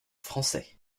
français